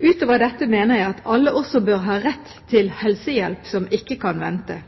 Utover dette mener jeg at alle også bør ha rett til «helsehjelp som ikke kan vente».